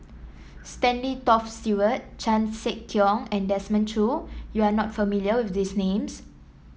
Stanley Toft Stewart Chan Sek Keong and Desmond Choo you are not familiar with these names